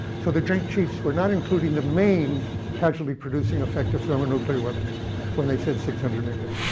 so the joint chiefs were not including the main casualty-producing effect of thermonuclear weapons when they said six hundred million.